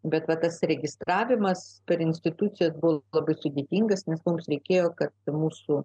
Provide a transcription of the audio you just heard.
bet va tas registravimas per instituciją labai sudėtingas nes mums reikėjo kad mūsų